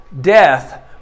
death